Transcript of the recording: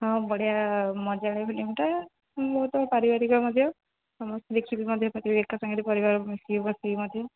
ହଁ ବଢ଼ିଆ ମଜା ଫିଲ୍ମ'ଟା ବହୁତ ପାରିବାରିକ ମଧ୍ୟ ସମସ୍ତେ ଦେଖିବି ମଧ୍ୟ ପାରିବେ ଏକା ସାଙ୍ଗରେ ପରିବାର ମିଶିକି ବସିକି ମଧ୍ୟ